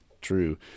true